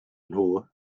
nhw